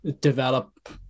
develop